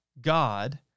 God